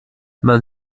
man